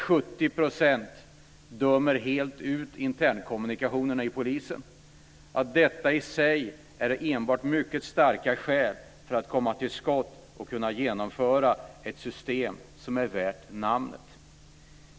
70 % dömer helt ut internkommunikationen hos polisen. Detta i sig är ett mycket starkt skäl för att man ska komma till skott och genomföra ett system som är värt namnet.